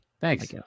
Thanks